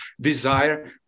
desire